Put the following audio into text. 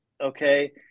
Okay